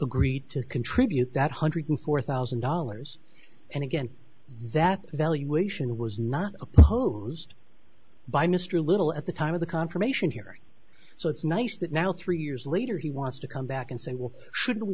agreed to contribute that hundred four thousand dollars and again that valuation was not opposed by mr little at the time of the confirmation hearing so it's nice that now three years later he wants to come back and say well should we